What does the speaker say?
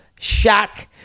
Shaq